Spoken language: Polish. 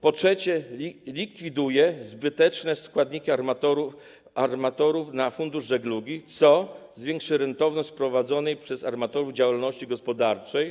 Po trzecie, likwiduje zbyteczne składki armatorów na fundusz żeglugi, co zwiększy rentowność prowadzonej przez armatorów działalności gospodarczej.